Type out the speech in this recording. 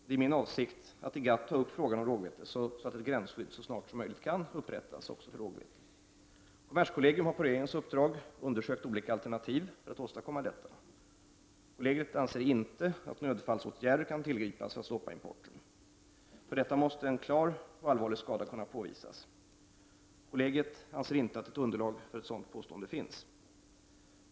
Det är min avsikt att i GATT ta upp frågan om rågvete så att ett gränsskydd så snart som möjligt kan upprättas även för rågvete. Kommerskollegium har på regeringens uppdrag undersökt olika alternativ för att åstadkomma detta. Kollegiet anser inte att nödfallsåtgärder kan tillgripas för att stoppa importen. För detta måste en klar och allvarlig skada kunna påvisas. Kollegiet anser inte att underlag för ett sådant påstående finns.